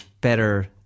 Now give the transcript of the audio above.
better